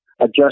adjust